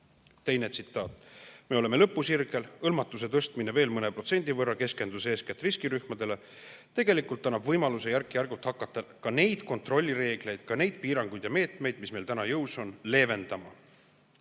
Teine tsitaat: "Me oleme lõpusirgel. Hõlmatuse tõstmine veel mõne protsendi võrra, keskendudes eeskätt riskirühmadele, tegelikult annab võimaluse järk-järgult hakata neid kontrollireegleid, ka neid piiranguid ja meetmeid, mis meil täna jõus on, leevendama."